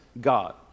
God